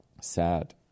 sad